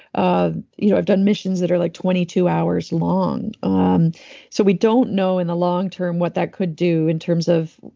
you know i've done missions that are like twenty two hours long. um so, we don't know in the long-term what that could do in terms of.